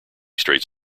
straight